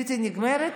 הבלתי-נגמרת,